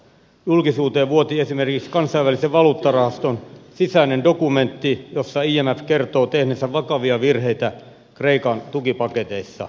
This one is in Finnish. julkisuuteen vuoti esimerkiksi kansainvälisen valuuttarahaston sisäinen dokumentti jossa imf kertoo tehneensä vakavia virheitä kreikan tukipaketeissa